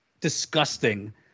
disgusting